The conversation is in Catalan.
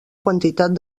quantitat